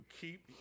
keep